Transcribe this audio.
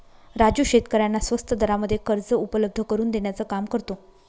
राजू शेतकऱ्यांना स्वस्त दरामध्ये कर्ज उपलब्ध करून देण्याचं काम करतो